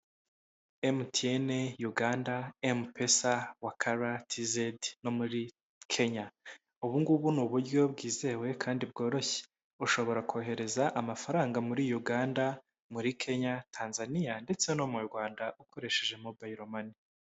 MTN uganda mpesa wa caratized no muri kenya ubugubu ni uburyo bwizewe kandi bworoshye ushobora kohereza amafaranga muri uganda muri kenya tanzania ndetse no mu rwanda ukoresheje mobile money.